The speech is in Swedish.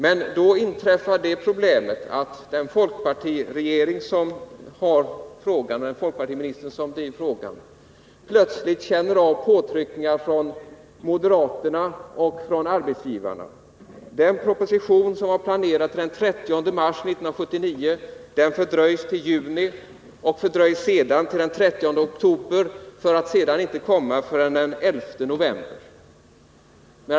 Men då inträffar det att den ansvarige folkpartiministern plötsligt känner av påtryckningar från moderaterna och från arbetsgivarna. Den proposition som var planerad till den 30 mars 1979 fördröjs först till juni, sedan till den 30 oktober för att slutligen inte komma förrän den 11 november.